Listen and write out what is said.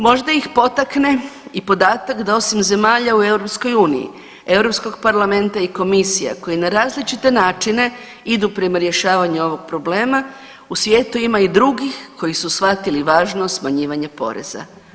Možda ih potakne i podatak da osim zemalja u EU, Europskog parlamenta i Komisija koji na različite načine idu prema rješavanju ovog problema u svijetu ima i drugih koji su shvatili važnost smanjivanja poreza.